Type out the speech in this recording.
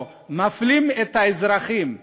או מפלים את האזרחים,